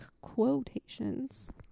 quotations